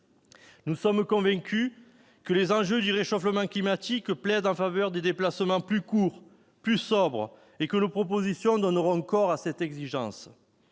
Nous sommes convaincus que les enjeux liés au réchauffement climatique plaident en faveur de déplacements plus courts, plus sobres, et que nos propositions donneront corps à cette exigence.